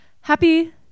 Happy